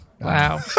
Wow